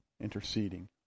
interceding